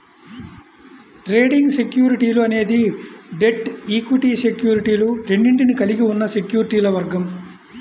trading సెక్యూరిటీలు అనేది debt, equity సెక్యూరిటీలు రెండింటినీ కలిగి ఉన్న సెక్యూరిటీల వర్గం